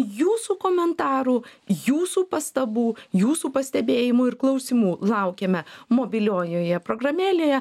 jūsų komentarų jūsų pastabų jūsų pastebėjimų ir klausimų laukiame mobiliojoje programėlėje